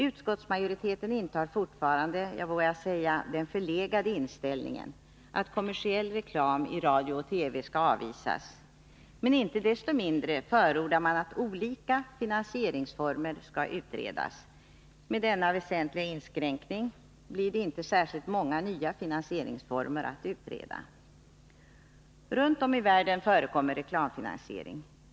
Utskottsmajoriteten intar fortfarande — jag vågar säga — den förlegade inställningen att kommersiell reklam i radio-TV skall avvisas, men inte desto mindre förordar man att olika finansieringsformer skall utredas. Med denna väsentliga inskränkning blir det inte särskilt många nya finansieringsformer att utreda. Runt om i världen förekommer reklamfinansiering.